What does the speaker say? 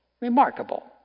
remarkable